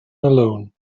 alone